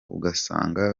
ugasanga